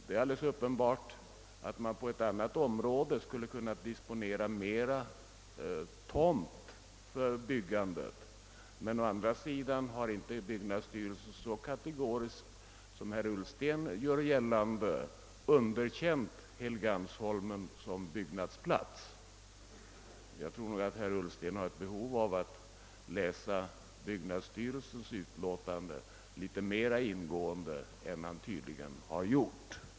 Det är alldeles uppenbart att man på ett annat område skulle kunna disponera mera tomtmark för byggandet, men å andra sidan har inte byggnadsstyrelsen så kategoriskt som herr Ullsten gör gällande underkänt Helgeandsholmen som byggnadsplats. Jag tror nog att herr Ullsten har ett behov av att läsa byggnadsstyrelsens utlåtande litet mera ingående än han tydligen har gjort.